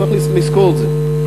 צריך לזכור את זה,